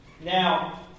Now